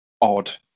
odd